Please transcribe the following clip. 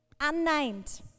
unnamed